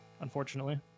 unfortunately